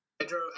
Pedro